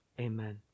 Amen